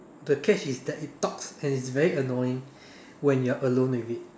the catch is that it talks and it's very annoying when you're alone with it